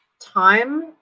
time